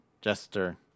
jester